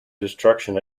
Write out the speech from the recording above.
destruction